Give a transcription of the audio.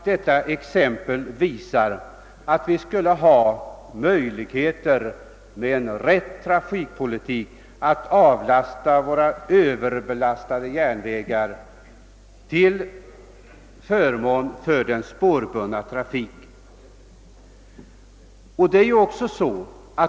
Detta exempel visar att vi med en riktig trafikpolitik skulle kunna avlasta våra överbelastade vägar till förmån för den spårbundna trafiken.